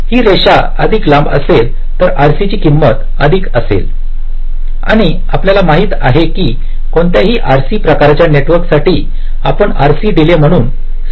ही रेषा अधिक लांब असेल तर RC ची किंमत अधिक असेल आणि आपल्याला माहिती आहे की कोणत्याही RC प्रकारच्या नेटवर्क साठी आपण RC डीले म्हणून संदर्भित करतो